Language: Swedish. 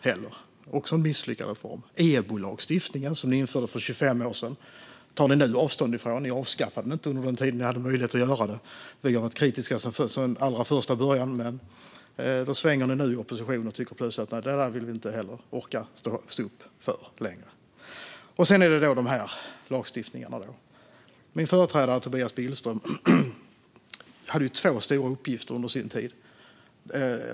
Det var också en misslyckad reform. Ta EBO-lagstiftningen, som ni införde för 25 år sedan. Den tar ni nu avstånd ifrån. Ni avskaffade den inte under den tid då ni hade möjlighet att göra det. Vi har varit kritiska sedan allra första början. Där svänger ni nu i opposition och tycker plötsligt att ni inte längre vill och orkar stå upp för den. Sedan har vi de här lagstiftningarna. Min företrädare Tobias Billström genomförde två stora projekt under sin tid.